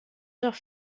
doch